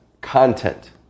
content